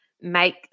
make